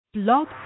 Blog